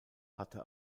hatte